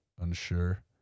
unsure